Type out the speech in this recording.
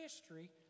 history